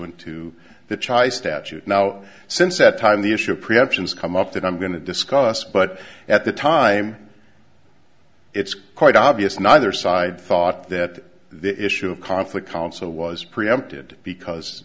to the chai statute now since that time the issue of preemption is come up that i'm going to discuss but at the time it's quite obvious neither side thought that the issue of conflict counsel was preempted because